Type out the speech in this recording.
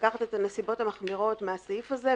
לקחת את הנסיבות המחמירות מן הסעיף הזה,